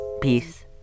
Peace